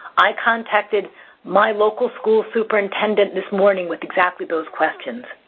i contacted my local school superintendent this morning with exactly those questions.